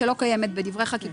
כן.